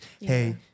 hey